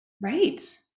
Right